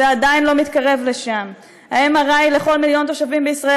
זה עדיין לא מתקרב לשם: ה-MRI לכל מיליון תושבים בישראל,